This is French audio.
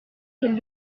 quelle